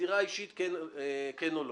מסירה אישית, כן או לא.